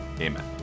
Amen